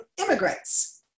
immigrants